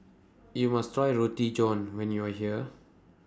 YOU must Try Roti John when YOU Are here